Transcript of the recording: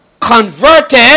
converted